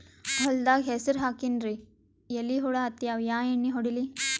ಹೊಲದಾಗ ಹೆಸರ ಹಾಕಿನ್ರಿ, ಎಲಿ ಹುಳ ಹತ್ಯಾವ, ಯಾ ಎಣ್ಣೀ ಹೊಡಿಲಿ?